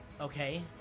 okay